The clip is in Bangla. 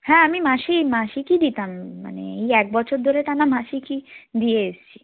হ্যাঁ আমি মাসি মাসিকই দিতাম মানে ওই এক বছর ধরে তো আমার মাসিকই দিয়ে এসেছি